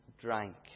drank